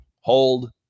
hold